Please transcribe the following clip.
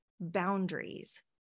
boundaries